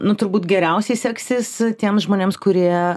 nu turbūt geriausiai seksis tiems žmonėms kurie